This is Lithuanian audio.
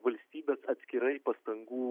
valstybės atskirai pastangų